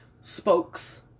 spokes